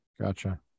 Gotcha